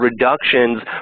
reductions